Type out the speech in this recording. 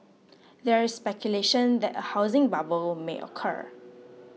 there is speculation that a housing bubble may occur